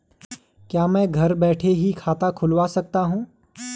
क्या मैं घर बैठे ही खाता खुलवा सकता हूँ?